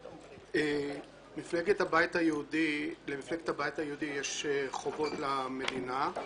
למפלגת הבית היהודי יש חובות למדינה,